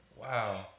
Wow